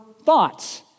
thoughts